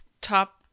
top